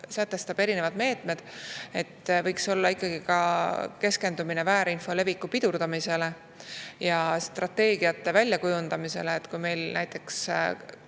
sätestab erinevad meetmed – võiks olla keskendumine väärinfo leviku pidurdamisele ja strateegiate väljakujundamisele. Näiteks